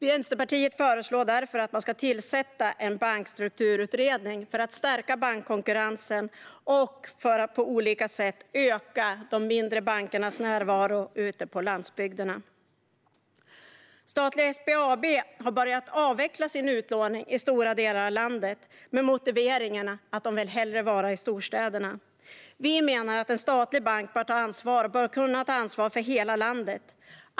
Vänsterpartiet föreslår därför att man ska tillsätta en bankstrukturutredning för att stärka bankkonkurrensen och för att på olika sätt öka de mindre bankernas närvaro på landsbygden. Statliga SBAB har börjat avveckla sin utlåning i stora delar av landet med motiveringen att de hellre vill vara i storstäderna. Vi menar att en statlig bank bör kunna ta ansvar för hela landet.